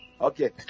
Okay